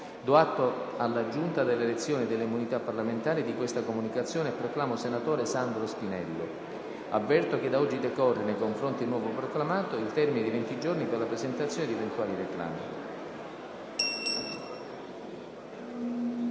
Do atto alla Giunta delle elezioni e delle immunità parlamentari di questa sua comunicazione e proclamo senatore Sandro Spinello. Avverto che da oggi decorre, nei confronti del nuovo proclamato, il termine di 20 giorni per la presentazione di eventuali reclami.